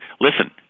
listen